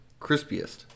crispiest